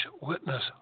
witness